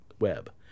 web